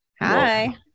Hi